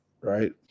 right